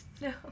No